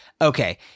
okay